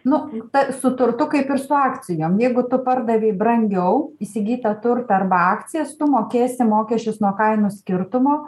nu ta su turtu kaip ir su akcijom jeigu tu pardavei brangiau įsigytą turtą arba akcijas tu mokėsi mokesčius nuo kainų skirtumo